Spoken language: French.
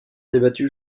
débattue